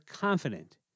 confident